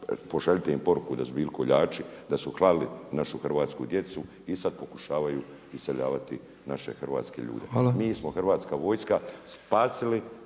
pošaljite im poruku da su bili koljači i da su klali našu hrvatsku djecu i sada pokušavaju iseljavati naše hrvatske ljude. …/Upadica Predsjednik: